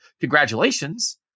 Congratulations